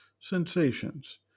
sensations